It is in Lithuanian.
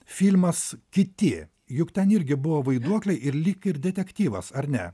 filmas kiti juk ten irgi buvo vaiduokliai ir lyg ir detektyvas ar ne